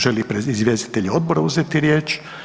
Žele li izvjestitelji odbora uzeti riječ?